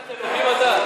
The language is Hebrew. התחת אלוקים אתה?